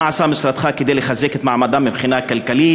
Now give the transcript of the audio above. מה עשה משרדך כדי לחזק את מעמדם מבחינה כלכלית,